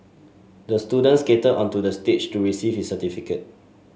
the student skated onto the stage to receive his certificate